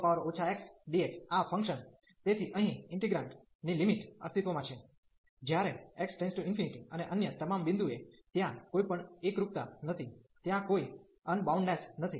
તેથીઅહીં integrand ની limit અસ્તિત્વમાં છે જ્યારે x →∞ અને અન્ય તમામ બિંદુએ ત્યાં કોઈ એકરૂપતા નથી ત્યાં કોઈ અનબાઉન્ડનેસ નથી